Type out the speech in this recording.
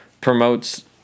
promotes